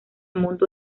mundo